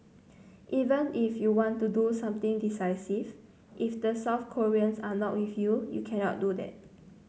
even if you want to do something decisive if the South Koreans are not with you you can't do that